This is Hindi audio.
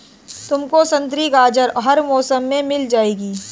तुमको संतरी गाजर हर मौसम में मिल जाएगी